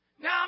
Now